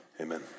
Amen